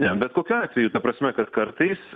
ne bet kokiu atveju ta prasme kad kartais